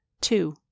two